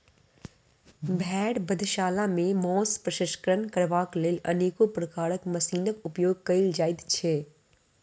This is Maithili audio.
भेंड़ बधशाला मे मौंस प्रसंस्करण करबाक लेल अनेको प्रकारक मशीनक उपयोग कयल जाइत छै